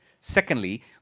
Secondly